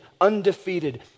undefeated